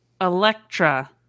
Electra